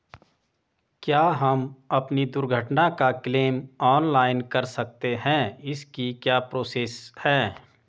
क्या हम अपनी दुर्घटना का क्लेम ऑनलाइन कर सकते हैं इसकी क्या प्रोसेस है?